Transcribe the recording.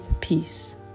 peace